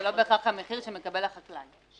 זה לא בהכרח המחיר שמקבל החקלאי.